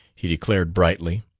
he declared brightly.